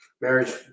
Marriage